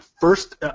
first